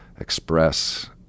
express